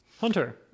Hunter